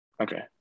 Okay